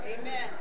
amen